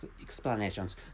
explanations